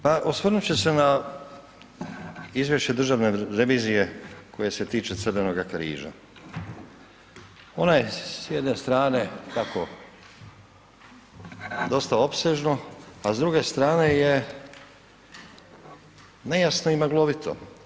Pa osvrnut ću se na izvješće Državne revizije koje se tiče Crvenoga križa, ona je s jedne strane, kako dosta opsežno, a s druge strane je nejasno i maglovito.